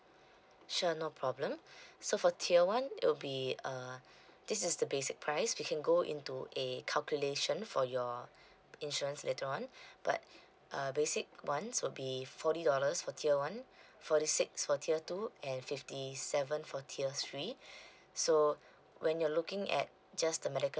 sure no problem so for tier one it will be uh this is the basic price we can go into a calculation for your insurance later on but uh basic ones will be forty dollars for tier one forty six for tier two and fifty seven for tier three so when you're looking at just the medical